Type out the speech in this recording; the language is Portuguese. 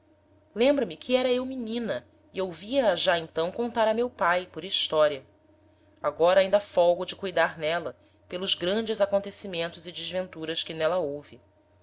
lembra-me que era eu menina e ouvia a já então contar a meu pae por historia agora ainda folgo de cuidar n'éla pelos grandes acontecimentos e desventuras que n'éla houve